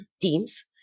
teams